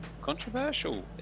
controversial